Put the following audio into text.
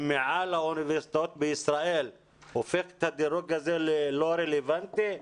מעל האוניברסיטאות בישראל הופך את הדירוג הזה ללא רלוונטי?